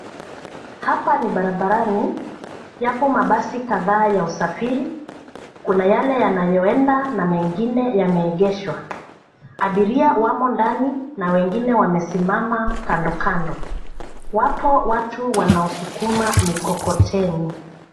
Hapa ni barabarani. Yapo mabasi kadhaa ya usafiri. Kuna yale yanayoenda, na mengine yameegeshwa. Abiria wamo ndani, na wengine wamesimama, kandokando. Wapo watu wanaosukuma mikokoteni.